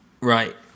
Right